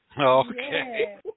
Okay